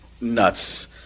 nuts